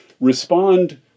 respond